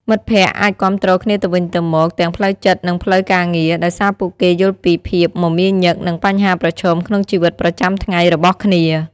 មិត្តភក្តិអាចគាំទ្រគ្នាទៅវិញទៅមកទាំងផ្លូវចិត្ត និងផ្លូវការងារ ដោយសារពួកគេយល់ពីភាពមមាញឹក និងបញ្ហាប្រឈមក្នុងជីវិតប្រចាំថ្ងៃរបស់គ្នា។